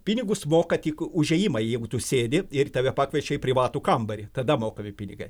pinigus moka tik už ėjimą jeigu tu sėdi ir tave pakviečia į privatų kambarį tada mokami pinigai